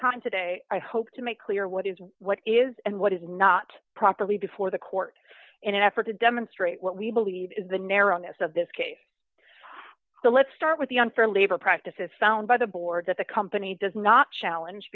time today i hope to make clear what is what is and what is not properly before the court in an effort to demonstrate what we believe is the narrowness of this case so let's start with the unfair labor practices found by the board that the company does not challenge